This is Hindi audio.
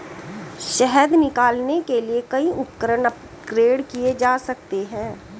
शहद निकालने के लिए कई उपकरण अपग्रेड किए जा सकते हैं